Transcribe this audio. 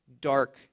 dark